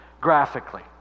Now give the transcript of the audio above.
graphically